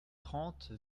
trente